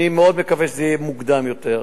אני מאוד מקווה שזה יהיה מוקדם יותר.